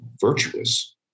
virtuous